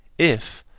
if,